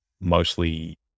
mostly